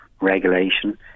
regulation